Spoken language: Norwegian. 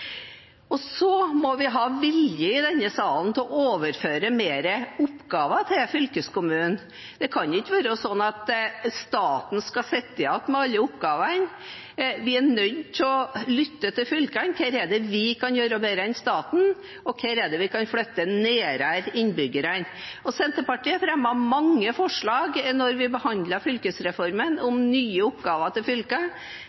Så må vi ha vilje i denne salen til å overføre flere oppgaver til fylkeskommunen. Det kan ikke være slik at staten skal sitte igjen med alle oppgavene. Vi er nødt til å lytte til fylkene: Hva er det vi kan gjøre bedre enn staten, og hva er det vi kan flytte nærmere innbyggerne? Senterpartiet fremmet mange forslag da vi behandlet fylkesreformen,